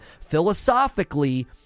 philosophically